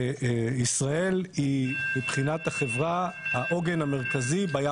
ישראל והפעילות בישראל היא מבחינת החברה העוגן המרכזי לפעילות של